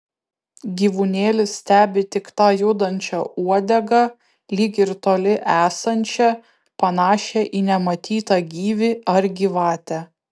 gyvūnėlis stebi tik tą judančią uodegą lyg ir toli esančią panašią į nematytą gyvį ar gyvatę